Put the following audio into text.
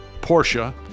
Porsche